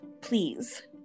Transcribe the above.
please